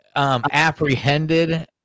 Apprehended